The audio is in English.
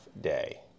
day